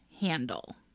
handle